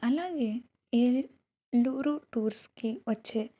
అలాగే ఏలూరు టూర్స్కి వచ్చి